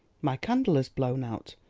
my candle has blown out!